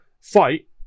fight